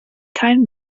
keinen